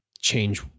change